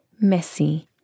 messy